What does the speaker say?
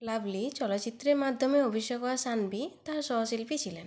lovely চলচ্চিত্রের মাধ্যমে অভিষেক হওয়া শানভি তার সহশিল্পী ছিলেন